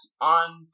on